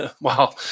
Wow